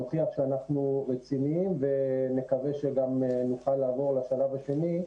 נוכיח שאנחנו רציניים ונקווה שגם נוכל לעבור לשלב השני,